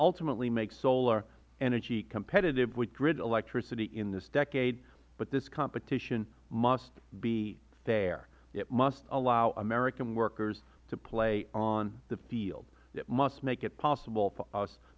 ultimately make solar energy competitive with grid electricity in this decade but this competition must be fair it must allow american workers to play on the field it must make it possible for us